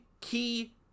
key